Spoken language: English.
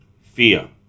fear